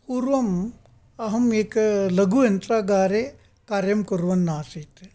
पूर्वम् अहम् एक लघुयन्त्रागारे कार्यं कुर्वन्नासीत्